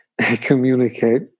communicate